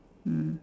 mm